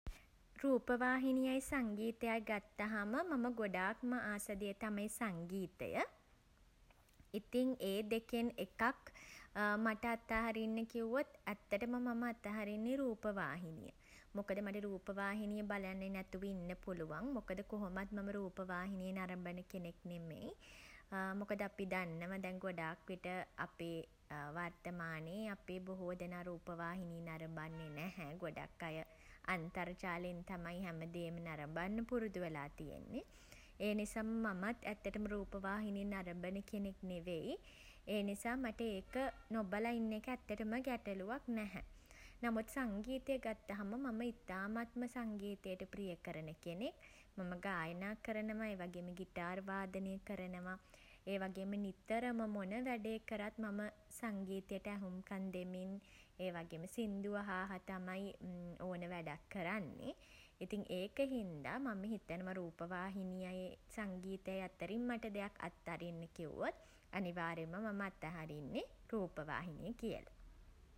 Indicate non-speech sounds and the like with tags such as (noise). රුපවාහිනියයි සංගීතයයි ගත්තහම මම ගොඩාක්ම ආස දේ තමයි සංගීතය. (hesitation) ඉතිං ඒ දෙකෙන් එකක් (hesitation) මට අතහරින්න කිව්වොත් ඇත්තටම මම අතහරින්නේ රූපවාහිනිය. මොකද මට රූපවාහිනිය බලන්නෙ නැතුව ඉන්න පුළුවන්. මොකද කොහොමත් මම රූපවාහිනිය නරඹන කෙනෙක් නෙමෙයි. (hesitation) මොකද අපි දන්නවා දැන් ගොඩාක් විට අපේ (hesitation) වර්තමානයේ අපේ බොහෝ දෙනා රූපවාහිනිය නරඹන්නේ නැහැ. ගොඩක් අය (hesitation) අන්තර්ජාලයෙන් තමයි හැමදේම නරඹන්න පුරුදු වෙලා තියෙන්නෙ. ඒ නිසා මමත් ඇත්තටම රූපවාහිනිය නරඹන කෙනෙක් නෙවෙයි. ඒ නිසා මට ඒක (hesitation) නොබල ඉන්න එක ඇත්තටම ගැටළුවක් නැහැ. නමුත් සංගීතය ගත්තහම මම ඉතාමත්ම සංගීතයට ප්‍රිය කරන කෙනෙක්. මම ගායනා කරනවා. ඒ වගේම ගිටාර් වාදනය කරනවා. ඒ වගේම නිතරම මොන වැඩේ කරත් මම (hesitation) සංගීතයට ඇහුම්කන් දෙමින් (hesitation) ඒ වගේම සිංදු අහ අහ තමයි (hesitation) ඕන වැඩක් කරන්නෙ. ඉතිං ඒක හින්දා මම හිතනව රූපවාහිනියයි (hesitation) සංගීතයයි අතරින් මට දෙයක් අත් අරින්න කිව්වොත් (hesitation) අනිවාර්යෙන්ම මම අතහරින්නේ (hesitation) රූපවාහිනි කියල.